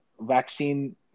vaccine